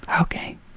Okay